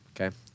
Okay